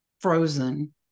frozen